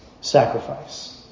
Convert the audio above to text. sacrifice